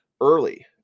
early